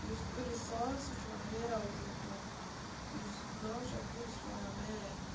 یُس تُلہِ ساس سُہ چھِ وَنان میرا ؤزیٖر کون ہے یُس نَو شَتھ تُلہِ سُہ چھِ وَنان میں ہوں